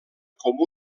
com